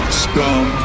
scum